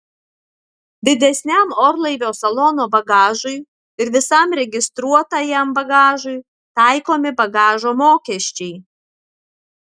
didesniam orlaivio salono bagažui ir visam registruotajam bagažui taikomi bagažo mokesčiai